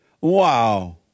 Wow